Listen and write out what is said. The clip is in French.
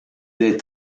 est